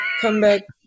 comeback